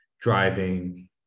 driving